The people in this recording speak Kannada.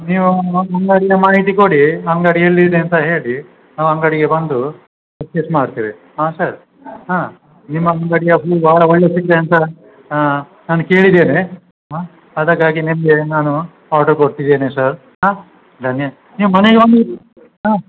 ನೀವು ಎಲ್ಲ ಮಾಹಿತಿ ಕೊಡಿ ಅಂಗಡಿ ಎಲ್ಲಿದೆ ಅಂತ ಹೇಳಿ ನಾವು ಅಂಗಡಿಗೆ ಬಂದು ಪರ್ಚೇಸ್ ಮಾಡ್ತೇವೆ ಹಾಂ ಸರ್ ಹಾಂ ನಿಮ್ಮ ಅಂಗಡಿಯ ಹೂವು ಭಾಳ ಒಳ್ಳೆಯ ಸಿಗ್ತದೆ ಅಂತ ನಾನು ಕೇಳಿದ್ದೇನೆ ಹಾಂ ಅದಕ್ಕಾಗಿ ನಿಮಗೆ ನಾನು ಆರ್ಡರ್ ಕೊಟ್ತಿದ್ದೇನೆ ಸರ್ ಹಾಂ ಧನ್ಯ ನೀವು ಮನೆಗೆ ಬನ್ನಿ ಹಾಂ